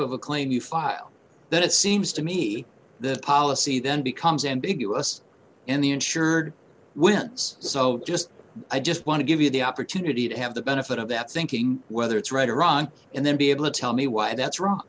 of a claim you file then it seems to me the policy then becomes ambiguous in the insured wins so just i just want to give you the opportunity to have the benefit of that thinking whether it's right or wrong and then be able to tell me why that's wrong